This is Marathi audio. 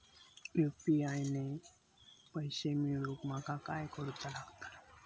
यू.पी.आय ने पैशे मिळवूक माका काय करूचा लागात?